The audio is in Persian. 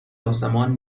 آسمان